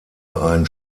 ein